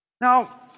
Now